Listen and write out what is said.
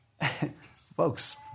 folks